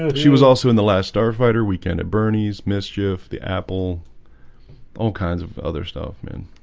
ah she was also in the last starfighter weekend at bernie's mischief the apple all kinds of other stuff man